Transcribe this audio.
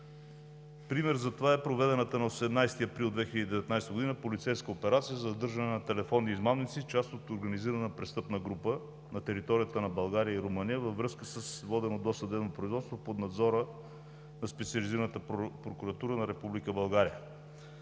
Пример за това е проведената на 18 април 2019 г. полицейска операция за задържане на телефонни измамници – част от организирана престъпна група на територията на България и Румъния, във връзка с водено досъдебно производство под надзора на Специализираната прокуратура на Република